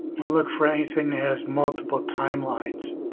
we look for anything that has multiple timelines